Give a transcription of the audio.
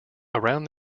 around